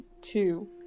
two